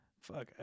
Fuck